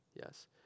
Yes